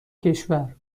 کشور